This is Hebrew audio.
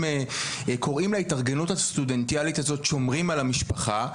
הם קוראים להתארגנות הסטודנטיאלית הזאת "שומרים על המשפחה".